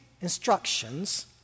instructions